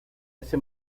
ese